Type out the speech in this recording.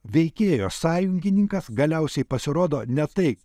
veikėjo sąjungininkas galiausiai pasirodo ne tai